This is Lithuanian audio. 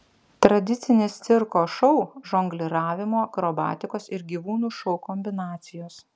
tradicinis cirko šou žongliravimo akrobatikos ir gyvūnų šou kombinacijos